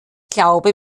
glaube